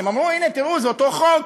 כי הם אמרו: הנה, תראו, זה אותו חוק